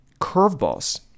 curveballs